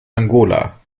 angola